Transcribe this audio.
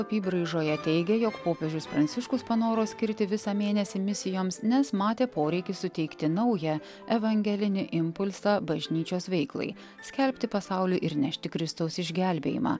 apybraižoje teigia jog popiežius pranciškus panoro skirti visą mėnesį misijoms nes matė poreikį suteikti naują evangelinį impulsą bažnyčios veiklai skelbti pasauliui ir nešti kristaus išgelbėjimą